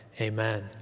Amen